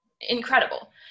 incredible